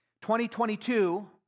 2022